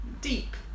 deep